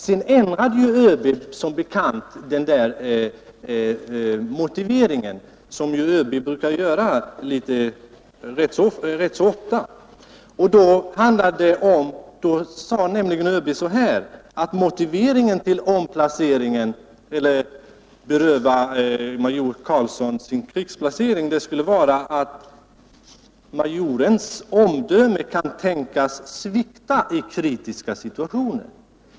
Sedan ändrade ÖB som bekant motiveringen — som ju ÖB brukar göra rätt så ofta — och sade att motiveringen för att beröva major Karlsson hans krigsplacering skulle vara att majorens omdöme kan tänkas svikta i kritiska situationer.